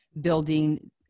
building